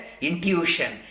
intuition